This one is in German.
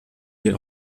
die